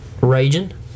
raging